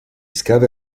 scavi